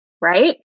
right